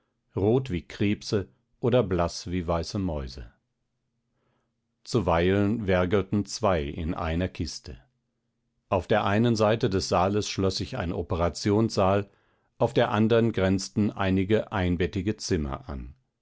rot wie krebse oder blaß wie weiße mäuse zuweilen wergelten zwei in einer kiste auf der einen seite des saales schloß sich ein operationssaal auf der andern grenzten die einige einbettige zimmer an